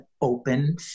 open